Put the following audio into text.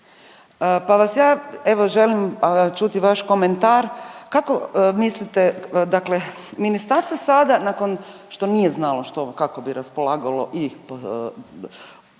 Pa vas ja evo želim čuti vaš komentar kako mislite, dakle ministarstvo sada nakon što nije znalo kako bi raspolagalo i